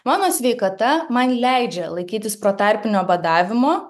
mano sveikata man leidžia laikytis protarpinio badavimo